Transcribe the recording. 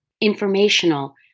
informational